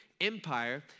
empire